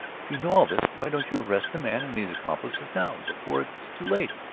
if you know all this, why don't you arrest the man and his accomplices now? before it is too late?